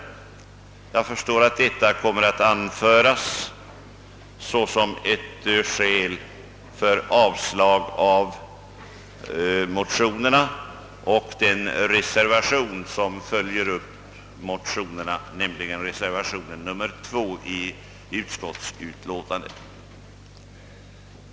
Jag förstår att detta kommer att anföras såsom ett skäl för avstyrkande av motionerna och av den reservation, som avgetts med anledning av motionerna, nämligen den med II betecknade reservationen vid utskottsutlåtandet.